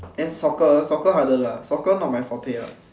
then soccer soccer harder lah soccer not my forte lah